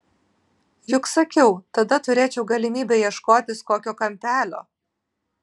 juk sakiau tada turėčiau galimybę ieškotis kokio kampelio